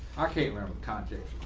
okay remember the context